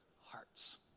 Hearts